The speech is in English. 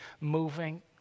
moving